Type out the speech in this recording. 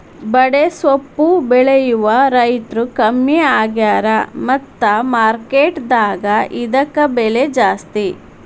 ಬಡೆಸ್ವಪ್ಪು ಬೆಳೆಯುವ ರೈತ್ರು ಕಡ್ಮಿ ಆಗ್ಯಾರ ಮತ್ತ ಮಾರ್ಕೆಟ್ ದಾಗ ಇದ್ಕ ಬೆಲೆ ಜಾಸ್ತಿ